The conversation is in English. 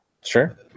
Sure